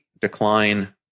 decline